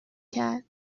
کرد